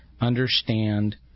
understand